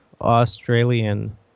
Australian